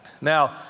Now